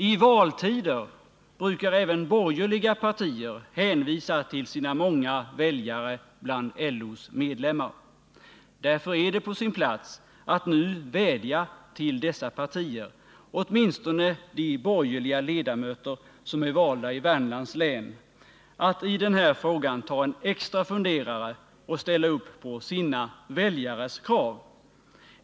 I valtider brukar även borgerliga partier hänvisa till sina många väljare bland LO:s medlemmar. Därför är det på sin plats att nu vädja till dessa partier, åtminstone de borgerliga ledamöter som är valda i Värmlands län, att i den här frågan ta en extra funderare och ställa upp på sina väljares krav.